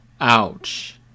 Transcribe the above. Ouch